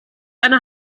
eine